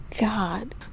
god